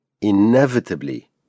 inevitably